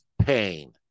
pain